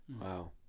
Wow